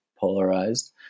polarized